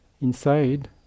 inside